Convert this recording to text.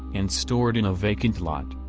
and stored in a vacant lot.